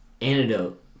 Antidote